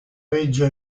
reggio